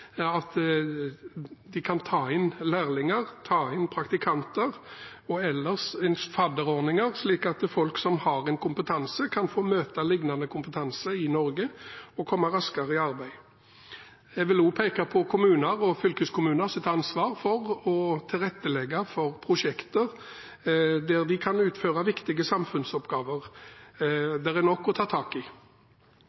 at de kan ta inn lærlinger og praktikanter og ellers ha fadderordninger, slik at folk som har en kompetanse, kan få møte lignende kompetanse i Norge og komme raskere i arbeid. Jeg vil også peke på kommuner og fylkeskommuners ansvar for å tilrettelegge for prosjekter der de kan utføre viktige samfunnsoppgaver.